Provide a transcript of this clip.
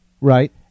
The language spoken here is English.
Right